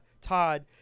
Todd